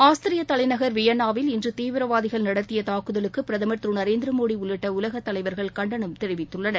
ஆஸ்திரிய தலைநகர் வியன்னாவில் இன்று தீவிரவாதிகள் நடத்திய தாக்குதலுக்கு பிரதமர் திரு நரேந்திரமோடி உள்ளிட்ட உலகத் தலைவர்கள் கண்டனம் தெரிவித்துள்ளனர்